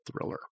thriller